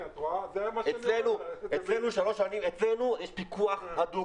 אצלנו יש פיקוח הדוק,